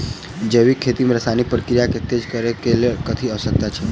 जैविक खेती मे रासायनिक प्रक्रिया केँ तेज करै केँ कऽ लेल कथी आवश्यक छै?